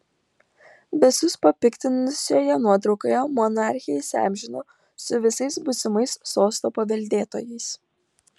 visus papiktinusioje nuotraukoje monarchė įsiamžino su visais būsimais sosto paveldėtojais